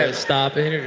ah stopping.